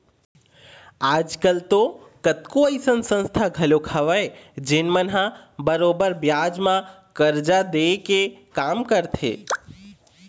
आज कल तो कतको अइसन संस्था घलोक हवय जेन मन ह बरोबर बियाज म करजा दे के काम करथे